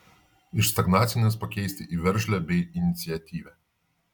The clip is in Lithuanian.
iš stagnacinės pakeisti į veržlią bei iniciatyvią